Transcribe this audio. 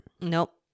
Nope